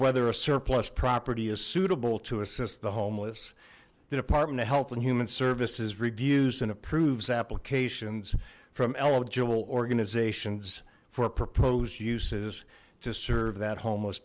whether a surplus property is suitable to assist the homeless the department of health and human services reviews and approves applications from eligible organizations for a proposed uses to serve that homeless